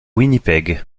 winnipeg